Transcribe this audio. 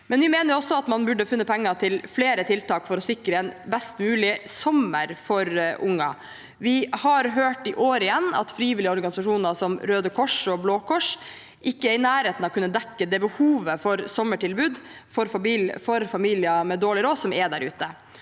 at man også burde ha funnet penger til flere tiltak for å sikre en best mulig sommer for unger. Vi har hørt – i år igjen – at frivillige organisasjoner som Røde Kors og Blå Kors ikke er i nærheten av å kunne dekke behovet for sommertilbud for familier med dårlig råd, som er der ute.